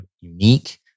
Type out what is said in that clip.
unique